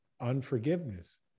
unforgiveness